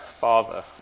father